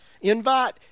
Invite